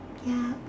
ya